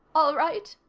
all right?